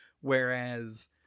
whereas